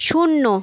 শূন্য